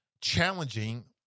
challenging